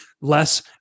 less